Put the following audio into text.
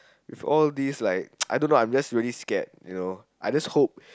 with all these like I don't know I'm just really scared you know I just hope